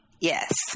yes